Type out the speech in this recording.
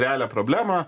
realią problemą